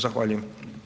Zahvaljujem.